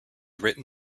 written